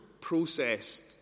processed